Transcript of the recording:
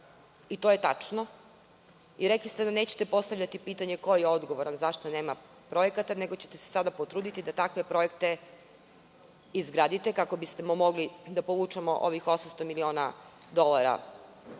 i to je tačno, rekli ste da nećete postavljati pitanja – ko je odgovoran zašto nema projekata, nego ćete se sada potruditi da takve projekte izgradite, kako bismo mogli da povučemo ovih 800.000.000 dolara